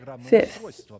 Fifth